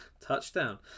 touchdown